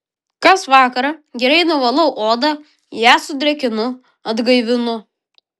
kas vakarą gerai nuvalau odą ją sudrėkinu atgaivinu